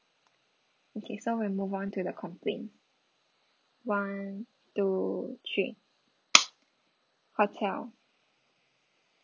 okay so we move on to the complaint one two three hotel